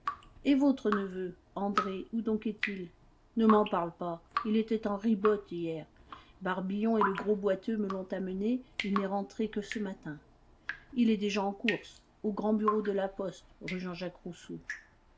et votre neveu andré où donc est-il ne m'en parle pas il était en ribote hier barbillon et le gros boiteux me l'ont emmené il n'est rentré que ce matin il est déjà en course au grand bureau de la poste rue jean-jacques rousseau